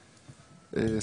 כמובן.